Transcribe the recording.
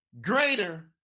greater